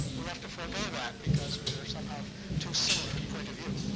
we'll have to forego that, because we are somehow too similar in point of view.